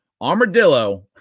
Armadillo